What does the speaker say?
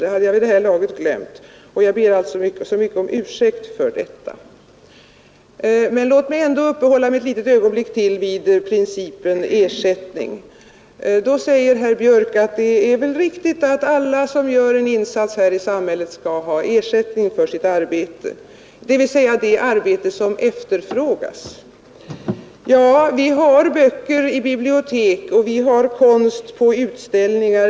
Det hade jag vid det här laget glömt, och jag ber alltså så mycket om ursäkt för detta. Låt mig ändå uppehålla mig ett litet ögonblick till vid principen ersättning. Herr Björk säger: Det är väl riktigt att alla som gör en insats här i samhället skall ha ersättning för sitt arbete, dvs. det arbete som efterfrågas. Ja, vi har böcker i bibliotek och vi har konst på utställningar.